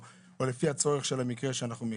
או לפי הצורך של המקרה שאנחנו מכירים.